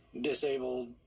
disabled